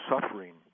suffering